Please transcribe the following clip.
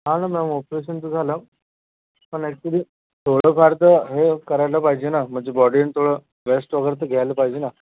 हा न मग ऑपरेशन तर झालं पण ऍक्च्युली थोडं फार तर हे करायला पाहिजे ना म्हणजे बॉडीने थोडा रेस्ट वगैरे तर घ्यायला पाहिजे ना